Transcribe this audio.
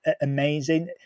amazing